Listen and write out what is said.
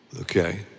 Okay